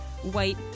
white